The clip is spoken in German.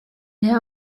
der